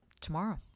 tomorrow